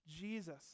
Jesus